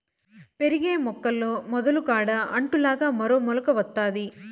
పెరిగే మొక్కల్లో మొదలు కాడ అంటు లాగా మరో మొలక వత్తాది